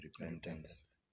repentance